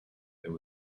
there